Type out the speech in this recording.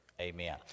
amen